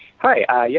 hi, you,